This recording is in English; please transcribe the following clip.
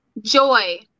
joy